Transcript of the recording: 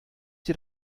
dir